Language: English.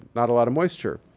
not a lot of moisture.